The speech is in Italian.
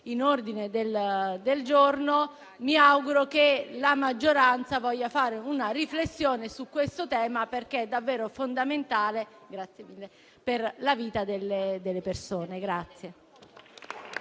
ordine del giorno e mi auguro che la maggioranza voglia fare una riflessione su questo tema, perché è davvero fondamentale per la vita delle persone.